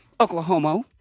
Oklahoma